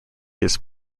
his